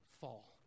fall